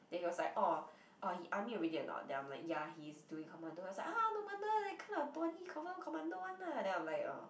then he was like orh orh he army already or not then I'm like ya he's doing commando then he was like no wonder that kind of body confirm commando [one] lah then I'm like orh